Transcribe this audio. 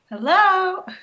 Hello